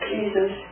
Jesus